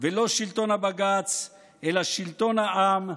ולא שלטון הבג"ץ אלא שלטון העם,